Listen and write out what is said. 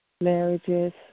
Marriages